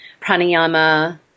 pranayama